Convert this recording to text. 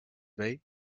vell